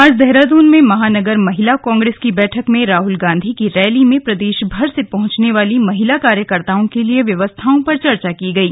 आज देहरादून में महानगर महिला कांग्रेस की बैठक में राहल गांधी की रैली में प्रदेशभर से पहुंचने वाली महिला कार्यकर्ताओं के लिए व्यवस्थाओं पर चर्चा की गई